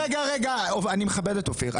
רגע, אני מכבד את אופיר.